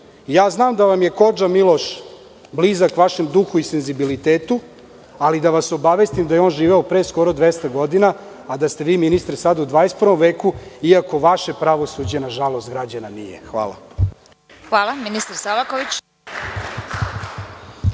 da vam je kodža Miloš, blizak vašem duhu i senzibilitetu, ali da vas obavestim da je on živeo pre skoro 200 godina, a da ste vi ministre sada u 21. veku, iako vaše pravosuđe, nažalost građana, nije. Hvala. **Vesna Kovač**